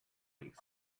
east